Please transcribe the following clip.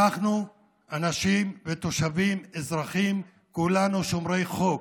אנחנו אנשים ותושבים, אזרחים, כולנו שומרי חוק,